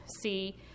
see